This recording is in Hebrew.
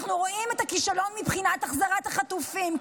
אנחנו רואים את הכישלון מבחינת החזרת החטופים.